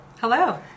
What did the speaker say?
hello